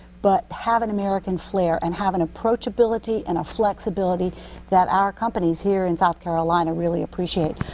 but have an american flair and have an approachability and flexibility that our companies here in south carolina really appreciate.